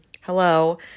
hello